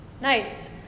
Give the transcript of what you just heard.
nice